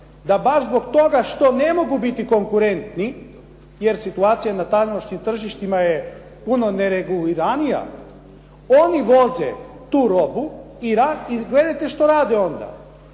da bar zbog toga što ne mogu biti konkurentni jer situacija na tamošnjim tržištima je puno nereguliranija, oni voze tu robu i gledajte što rade onda,